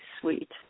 sweet